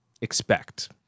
expect